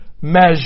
measure